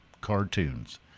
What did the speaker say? cartoons